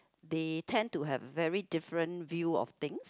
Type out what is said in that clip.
they tend to have very different view of things